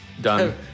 Done